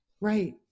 Right